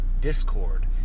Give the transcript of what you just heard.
discord